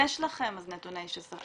יש לכם נתוני שכר,